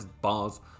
bars